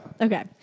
Okay